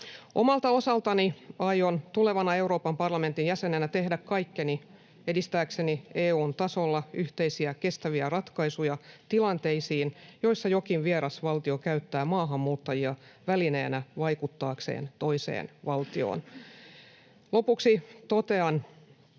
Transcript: Omalta osaltani aion tulevana Euroopan parlamentin jäsenenä tehdä kaikkeni edistääkseni EU:n tasolla yhteisiä kestäviä ratkaisuja tilanteisiin, joissa jokin vieras valtio käyttää maahanmuuttajia välineenä vaikuttaakseen toiseen valtioon. Lopuksi totean,